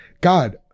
God